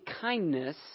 kindness